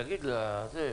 תסביר לנו למה.